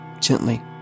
gently